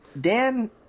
Dan